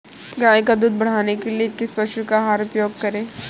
गाय का दूध बढ़ाने के लिए किस पशु आहार का उपयोग करें?